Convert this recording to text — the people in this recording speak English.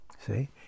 See